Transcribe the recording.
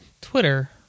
Twitter